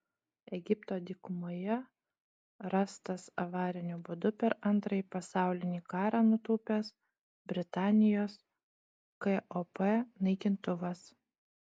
egipto dykumoje rastas avariniu būdu per antrąjį pasaulinį karą nutūpęs britanijos kop naikintuvas